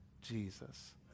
Jesus